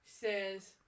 says